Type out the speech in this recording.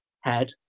head